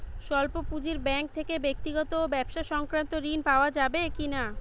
স্বল্প পুঁজির ব্যাঙ্ক থেকে ব্যক্তিগত ও ব্যবসা সংক্রান্ত ঋণ পাওয়া যাবে কিনা?